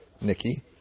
Nikki